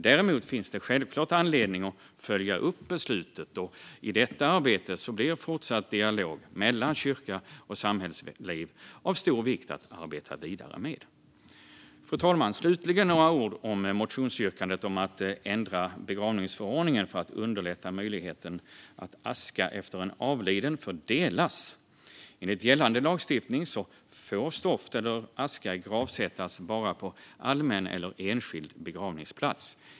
Däremot finns det självklart anledning att följa upp beslutet, och i detta arbete blir fortsatt dialog mellan kyrka och samhällsliv av stor vikt. Fru talman! Slutligen ska jag säga några ord om motionsyrkandet att ändra begravningsförordningen för att underlätta möjligheten att dela askan efter en avliden. Enligt gällande lagstiftning får stoft eller aska gravsättas enbart på allmän eller enskild begravningsplats.